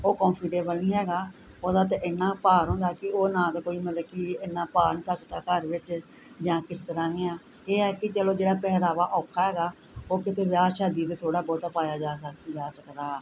ਉਹ ਕੌਫੀਟੇਬਲ ਨਹੀਂ ਹੈਗਾ ਉਹਦਾ ਤਾਂ ਇੰਨਾ ਭਾਰ ਹੁੰਦਾ ਕਿ ਉਹ ਨਾ ਤਾਂ ਕੋਈ ਮਤਲਬ ਕਿ ਇੰਨਾ ਪਾ ਸਕਦਾ ਘਰ ਵਿੱਚ ਜਾਂ ਕਿਸ ਤਰ੍ਹਾਂ ਵੀ ਆ ਇਹ ਹੈ ਕਿ ਚਲੋ ਜਿਹੜਾ ਪਹਿਰਾਵਾ ਔਖਾ ਹੈਗਾ ਉਹ ਕਿਤੇ ਵਿਆਹ ਸ਼ਾਦੀ 'ਤੇ ਥੋੜ੍ਹਾ ਬਹੁਤਾ ਪਾਇਆ ਜਾ ਸਕਦਾ ਸਕਦਾ